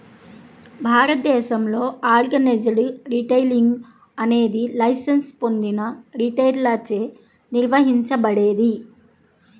భారతదేశంలో organised retailing అనేది licence పొందిన రిటైలర్లచే నిర్వహించబడేది